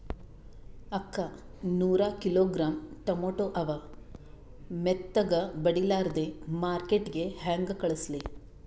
ಅಕ್ಕಾ ನೂರ kilogram tomato ಅವ, ಮೆತ್ತಗಬಡಿಲಾರ್ದೆ ಮಾರ್ಕಿಟಗೆ ಹೆಂಗ ಕಳಸಲಿ?